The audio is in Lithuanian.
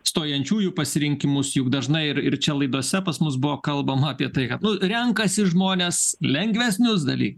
stojančiųjų pasirinkimus juk dažnai ir ir čia laidose pas mus buvo kalbama apie tai kad nu renkasi žmonės lengvesnius dalykus